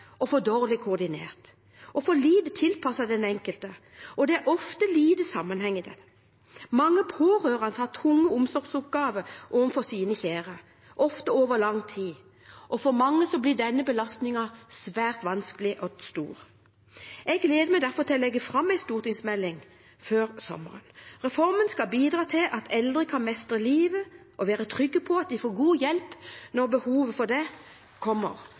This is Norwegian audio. for dårlig koordinert og for lite tilpasset den enkelte, og det er ofte lite sammenheng i dette. Mange pårørende har tunge omsorgsoppgaver overfor sine kjære, ofte over lang tid, og for mange blir denne belastningen svært vanskelig og stor. Jeg gleder meg derfor til å legge fram en stortingsmelding før sommeren. Reformen skal bidra til at eldre kan mestre livet og være trygge på at de får god hjelp når behovet for det kommer,